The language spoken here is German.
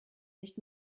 nicht